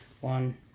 One